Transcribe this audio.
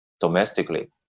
domestically